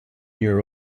your